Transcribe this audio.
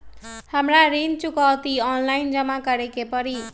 हमरा ऋण चुकौती ऑनलाइन जमा करे के परी?